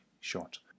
short